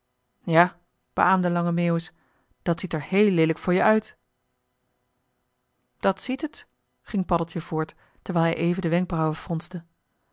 beaamde lange meeuwis dat ziet er heel leelijk voor je uit dat ziet het ging paddeltje voort terwijl hij even de wenkbrauwen fronste